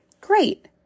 Great